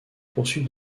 poursuit